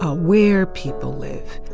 ah where people live.